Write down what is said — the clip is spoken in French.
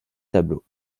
tableaux